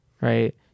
right